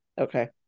Okay